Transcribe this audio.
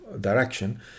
direction